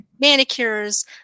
manicures